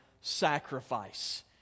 sacrifice